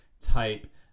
type